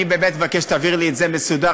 אני באמת מבקש שתעביר לי את זה מסודר,